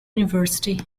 university